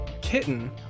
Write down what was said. Kitten